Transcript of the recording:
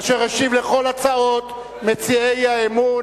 אשר השיב על כל הצעות מציעי האי-אמון.